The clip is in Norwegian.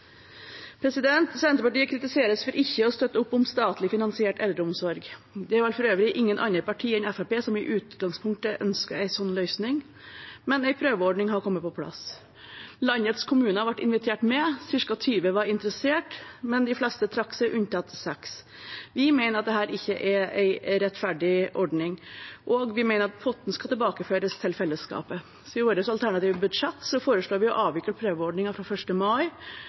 Senterpartiet kritiseres for ikke å støtte opp om statlig finansiert eldreomsorg. Det var for øvrig ingen andre partier enn Fremskrittspartiet som i utgangspunktet ønsket en sånn løsning, men en prøveordning har kommet på plass. Landets kommuner ble invitert med, ca. 20 var interessert, men de fleste trakk seg, unntatt seks. Vi mener at dette ikke er en rettferdig ordning, og vi mener at potten skal tilbakeføres til fellesskapet. I vårt alternative budsjett foreslår vi å avvikle prøveordningen fra 1. mai,